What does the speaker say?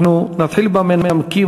אנחנו נתחיל במנמקים.